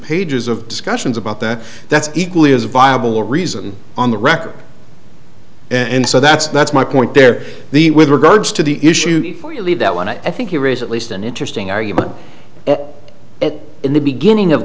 pages of discussions about that that's equally as viable reason on the record and so that's that's my point there the with regards to the issue before you leave that one i think you raise at least an interesting argument in the beginning of